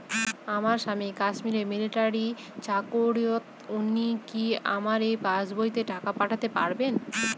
আমার স্বামী কাশ্মীরে মিলিটারিতে চাকুরিরত উনি কি আমার এই পাসবইতে টাকা পাঠাতে পারবেন?